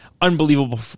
Unbelievable